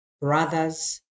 brothers